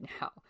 now